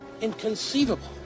Inconceivable